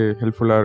helpful